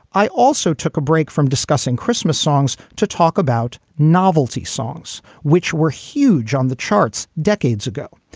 i also took a break from discussing christmas songs to talk about novelty songs, which were huge on the charts decades ago.